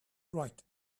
right